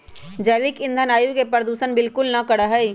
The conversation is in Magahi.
जैविक ईंधन वायु प्रदूषण बिलकुल ना करा हई